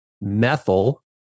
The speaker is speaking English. methyl